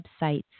websites